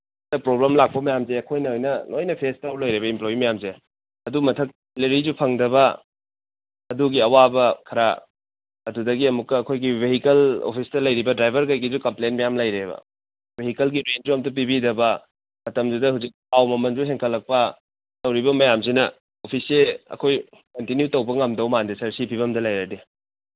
problem ꯂꯥꯛꯄ ꯃꯌꯥꯝꯁꯦ ꯑꯩꯈꯣꯏꯅ ꯑꯣꯏꯅ ꯂꯣꯏꯅ ꯐꯦꯁ ꯇꯧ ꯂꯩꯔꯦꯕ ꯏꯝꯄ꯭ꯂꯣꯏꯌꯤ ꯃꯌꯥꯝꯁꯦ ꯑꯗꯨ ꯃꯊꯛꯇ ꯁꯦꯂꯔꯤꯁꯨ ꯐꯪꯗꯕ ꯑꯗꯨꯒꯤ ꯑꯋꯥꯕ ꯈꯔ ꯑꯗꯨꯗꯒꯤ ꯑꯃꯨꯛꯀ ꯑꯩꯈꯣꯏꯒꯤ ꯚꯦꯍꯤꯀꯜ ꯑꯣꯐꯤꯁꯇ ꯂꯩꯔꯤꯕ ꯗ꯭ꯔꯥꯏꯚꯔ ꯀꯩꯀꯩꯁꯨ ꯀꯝꯄ꯭ꯂꯦꯟ ꯃꯌꯥꯝ ꯂꯩꯔꯦꯕ ꯚꯦꯂꯤꯀꯜꯒꯤ ꯔꯦꯟꯁꯨ ꯑꯝꯇ ꯄꯤꯕꯤꯗꯕ ꯃꯇꯝꯁꯤꯗ ꯍꯧꯖꯤꯛ ꯊꯥꯎ ꯃꯃꯟꯁꯨ ꯍꯦꯟꯀꯠꯂꯛꯄ ꯇꯧꯔꯤꯕ ꯃꯌꯥꯝꯁꯤꯅ ꯑꯣꯐꯤꯁꯁꯦ ꯑꯩꯈꯣꯏ ꯀꯟꯇꯤꯅ꯭ꯌꯨ ꯇꯧꯕ ꯉꯝꯗꯧ ꯃꯥꯟꯗꯦ ꯁꯥꯔ ꯁꯤ ꯐꯤꯕꯝꯗ ꯂꯩꯔꯗꯤ